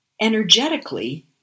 Energetically